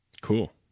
Cool